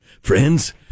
Friends